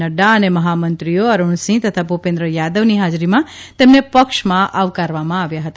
નઙા અને મહામંત્રીઓ અરૂણસિંહ તથા ભૂપેન્દ્ર યાદવની હાજરીમાં તેમને પક્ષમાં આવકારવામાં આવ્યા હતા